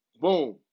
Boom